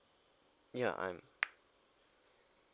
ya I'm